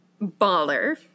baller